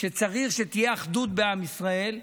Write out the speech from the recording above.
שצריך שתהיה אחדות בעם ישראל,